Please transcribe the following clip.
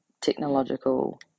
technological